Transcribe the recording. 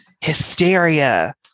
hysteria